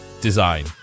design